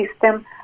system